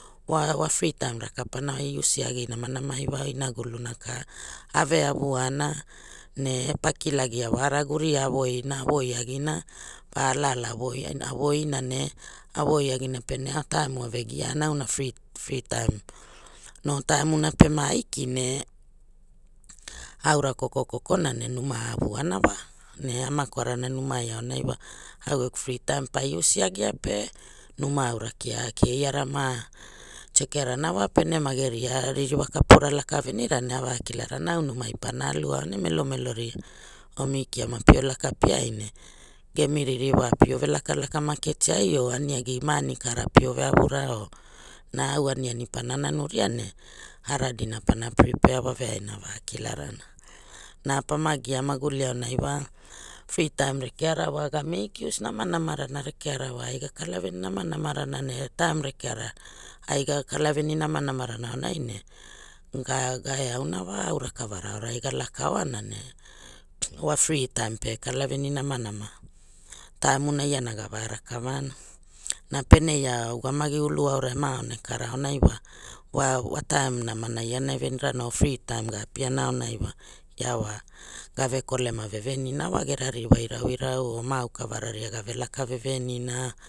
Wa wa fri taim raka pana iusiagi namanama iwa inaguluna ka ave avu ana ne pakilagia wara guria a voina avoi agina va alaala voina ne a voi agina pene ao taim ave giana auna fri fri taim no taimu na pene aiki ne aura koko koko na ne numa a ava ana wa ne auna kavarana numai aunai wa au geku fri taim pa iusiagia pe numa auna kiakeiara wa cheke rana wa pere ma geria ririwa kapura laka venira ne ava kilarana au numai pana aluao ne melomelo ria, ami kiama pio laka piai ne gemi ririwa pio ve lakalaka maketiai or ariagi ma ani kara pio veavu ra or na au aniani para nanu ria ne ara dina pana pripe wa veaina ava kilarana na pama gia maguli ajna wa fri taim rekeara wa ga meik ius namanama rana rekeara wa ai ga kalaveni namanama rana ne taim rekeara aiga kalaveni namanama rana auna ne ga ga eau na wa gave rakavara aurai ga laka oanane wa fri taim pe kalaveni namanama taimuna iana gava rakavana, na pene ia ugamagi u lu aurai ma aoneka ra aonai wa ua wa taim namana lana e venirana or fritaimga apiana aonai wa ia wa gave kolema vevenina wa gera ririwa irauirau or ma auka vara gave laka vevenina.